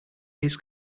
his